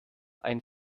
ein